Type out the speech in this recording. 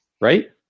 Right